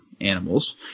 animals